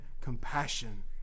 compassion